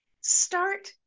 Start